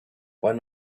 why